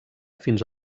fins